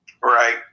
Right